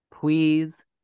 Please